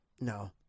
no